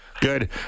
Good